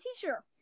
teacher